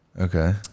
Okay